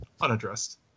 unaddressed